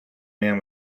man